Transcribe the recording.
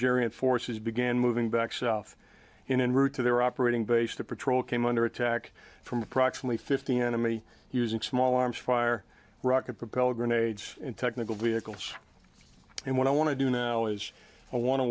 area forces began moving back south in route to their operating base the patrol came under attack from approximately fifty enemy using small arms fire rocket propelled grenades and technical vehicles and what i want to do now is